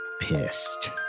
Pissed